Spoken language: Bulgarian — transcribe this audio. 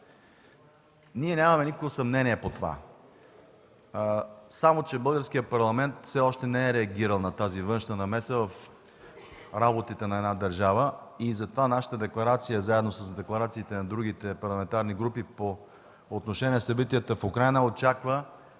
Ние нямаме никакво съмнение по това. Само че българският парламент все още не е реагирал на тази външна намеса в работите на една държава и затова нашата декларация, заедно с декларациите на другите парламентарни групи по отношение събитията в Украйна, очаква